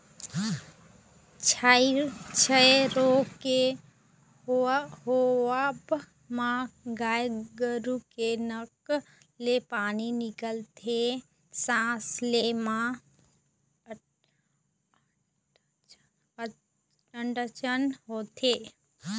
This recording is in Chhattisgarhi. छई रोग के होवब म गाय गरु के नाक ले पानी निकलथे, सांस ले म अड़चन होथे